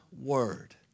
word